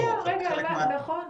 נכון,